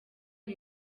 ngo